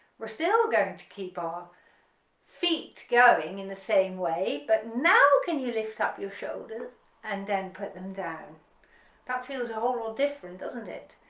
we're still going to keep our feet going in the same way but now can you lift up your shoulders and then put them down that feels a whole lot different doesn't it,